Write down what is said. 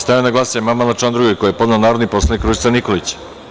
Stavljam na glasanje amandman na član 2. koji je podnela narodni poslanik Ružica Nikolić.